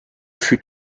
fut